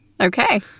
Okay